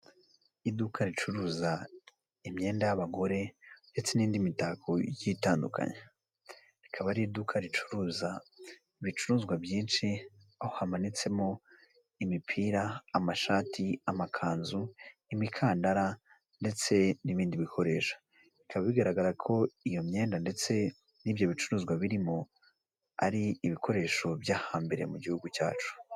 Iduka ricuruza imyenda y'abagore ndetse n'indi mitako igiye itandukanye, rikaba ari iduka ricuruza ibicuruzwa byinshi aho hamanitsemo imipira, amashati, amakanzu, imikandara ndetse n'ibindi bikoresho, bikaba bigaragara ko iyo myenda ndetse n'ibyo bicuruzwa birimo ari ibikoresho byo hambere mu gihugu cyacu.